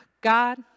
God